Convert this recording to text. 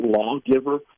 lawgiver